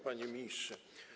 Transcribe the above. Panie Ministrze!